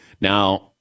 Now